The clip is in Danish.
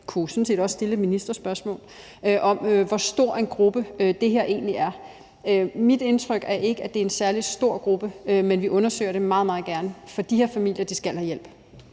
– hvor stor en gruppe det her egentlig er. Mit indtryk er ikke, at det er en særlig stor gruppe, men vi undersøger det meget, meget gerne, for de her familier skal have hjælp.